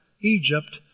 Egypt